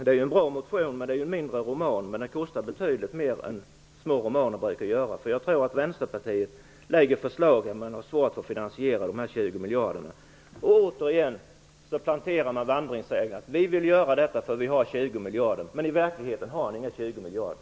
Det är en bra motion som utgör en mindre roman, men den kostar betydlig mera än vad små romaner brukar göra. Vänsterpartiet lägger fram förslag, men man har svårt att finansiera de 20 miljarderna. Återigen planterar man denna vandringssägen, att ni vill göra detta och att ni har 20 miljarder. Men i verkligheten har ni inga 20 miljarder.